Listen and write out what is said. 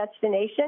destination